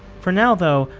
for now though.